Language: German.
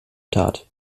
tat